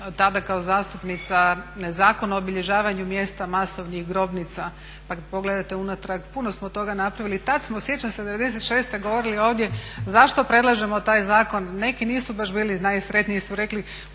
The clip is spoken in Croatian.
tada kao zastupnica Zakon o obilježavanju mjesta masovnih grobnica. Pa kad pogledate unatrag puno smo toga napravili, tad smo sjećam se '96. govorili ovdje zašto predlažemo taj zakon, neki nisu baš bili najsretniji jer su rekli